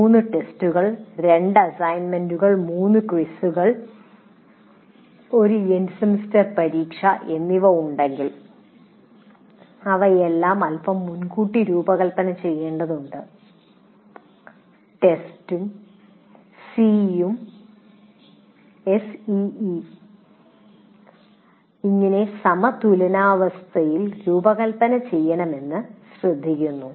3 ടെസ്റ്റുകൾ 2 അസൈൻമെന്റുകൾ 3 ക്വിസുകൾ 1 എൻഡ് സെമസ്റ്റർ പരീക്ഷ എന്നിവ ഉണ്ടെങ്കിൽ അവയെല്ലാം അൽപ്പം മുൻകൂട്ടി രൂപകൽപ്പന ചെയ്യേണ്ടതുണ്ട് ടെസ്റ്റും SEE ഉം എങ്ങനെ സമതുലനാവസ്ഥയിൽ രൂപകൽപ്പന ചെയ്യണമെന്ന് ശ്രദ്ധിക്കുന്നു